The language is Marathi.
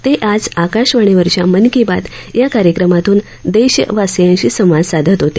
ते आज आकाशवाणीवरच्या मन की बात या कार्यक्रमातून देशवासीयांशी संवाद साधत होते